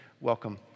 welcome